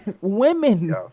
women